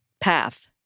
path